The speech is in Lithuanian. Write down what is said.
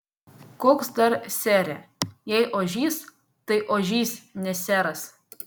koks dar sere jei ožys tai ožys ne seras